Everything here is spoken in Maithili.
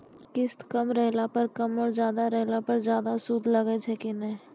किस्त कम रहला पर कम और ज्यादा रहला पर ज्यादा सूद लागै छै कि नैय?